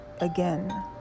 again